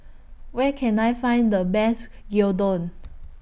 Where Can I Find The Best Gyudon